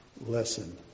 lesson